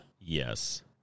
Yes